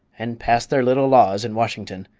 and pass their little laws in washington,